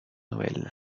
noël